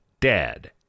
Dad